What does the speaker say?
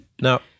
Now